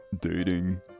dating